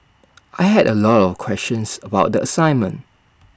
I had A lot of questions about the assignment